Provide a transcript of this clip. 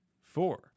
four